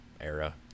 era